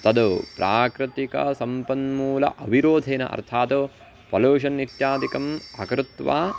तत् प्राकृतिकसम्पन्मूलम् अविरोधेन अर्थात् पलूषन् इत्यादिकम् अकृत्वा